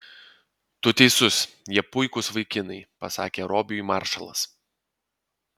tu teisus jie puikūs vaikinai pasakė robiui maršalas